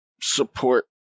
support